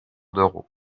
d’euros